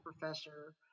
professor